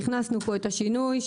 והכנסנו פה את השינוי,